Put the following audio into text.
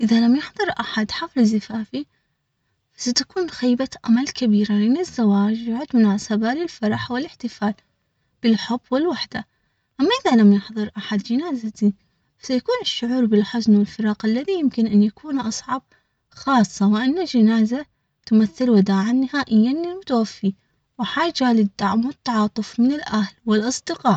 إذا لم يحضر أحد حفل زفافي؟ ستكون خيبة أمل كبيرة لان الزواج يعد مناسبة للفرح والاحتفال بالحب والوحدة، أما إذا لم يحضر أحد جنازتي، فسيكون الشعور بالحزن والفراق الذي يمكن أن يكون أصعب، خاصة وأن الجنازة تمثل وداعا نهائيا للمتوفي.